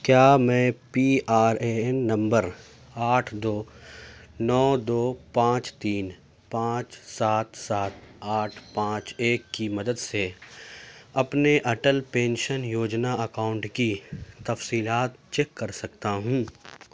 کیا میں P R A N number آٹھ دو نو دو پانچ تین پانچ سات سات آٹھ پانچ ایک کی مدد سے اپنے اٹل پینشن یوجنا اکاؤنٹ کی تفصیلات چیک کر سکتا ہوں